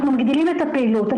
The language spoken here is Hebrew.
אנחנו מגדילים את הפעילות.